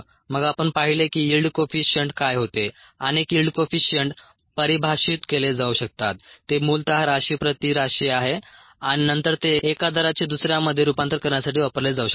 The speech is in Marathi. मग आपण पाहिले की यील्ड कोइफिशिअंट काय होते अनेक यील्ड कोइफिशिअंट परिभाषित केले जाऊ शकतात ते मूलतः राशी प्रति राशी आहे आणि नंतर ते एका दराचे दुसऱ्यामध्ये रूपांतर करण्यासाठी वापरले जाऊ शकतात